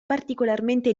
particolarmente